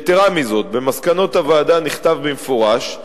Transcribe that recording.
יתירה מזאת, במסקנות הוועדה נכתב במפורש כי,